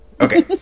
Okay